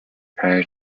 prior